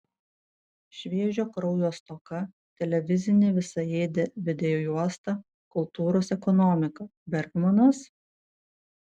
šviežio kraujo stoka televizinė visaėdė videojuosta kultūros ekonomika bergmanas